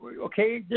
Okay